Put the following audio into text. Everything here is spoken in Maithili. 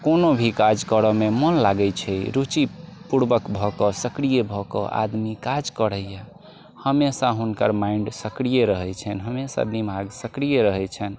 कोनो भी काज करैमे मोन लागै छै रुचि पूर्वक भऽ कऽ सक्रिय भऽ कऽ आदमी काज करैया हमेशा हुनकर माइन्ड सक्रिय रहै छनि हमेशा दिमाग सक्रिय रहै छनि